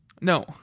No